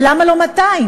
ולמה לא 200?